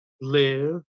Live